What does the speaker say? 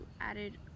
added